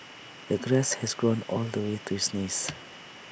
the grass had grown all the way to his knees